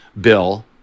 bill